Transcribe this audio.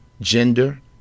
gender